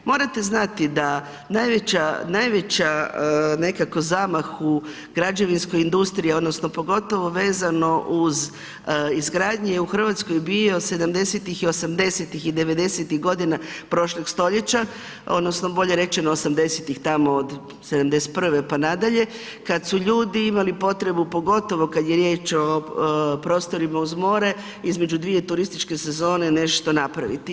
Morate znati da najveća nekakvo zamah u građevinskoj industriji odnosno pogotovo vezano uz izgradnje u Hrvatskoj je bio 70-tih i 80-tih i 90-tih godina prošlog stoljeća, odnosno bolje rečeno 80-tih tamo od 1971. pa nadalje, kad su ljudi imali potrebu, pogotovo kad je riječ o prostorima uz more između dvije turističke sezone nešto napravili.